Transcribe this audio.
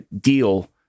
deal